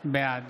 בעד